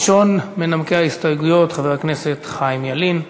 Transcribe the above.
ראשון מנמקי ההסתייגויות, חבר הכנסת חיים ילין.